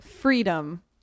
freedom